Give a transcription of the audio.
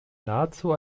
nahezu